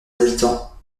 habitants